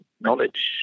knowledge